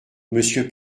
monsieur